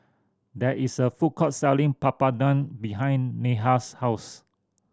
there is a food court selling Papadum behind Neha's house